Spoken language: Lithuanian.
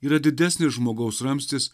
yra didesnis žmogaus ramstis